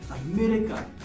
America